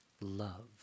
love